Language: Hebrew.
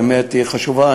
באמת עיר חשובה.